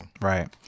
Right